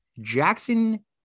Jackson